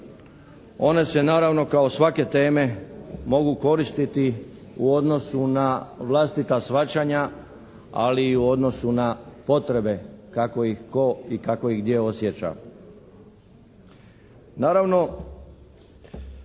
One se naravno kao svake teme mogu koristiti u odnosu na vlastita shvaćanja ali i u odnosu na potrebe kako ih tko i kako ih gdje osjeća.